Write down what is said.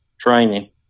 training